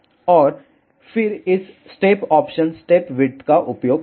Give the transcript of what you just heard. और फिर इस स्टेप ऑप्शन स्टेप विड्थ का उपयोग करें